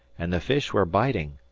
and the fish were biting,